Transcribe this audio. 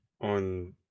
on